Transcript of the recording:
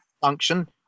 function